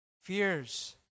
Fears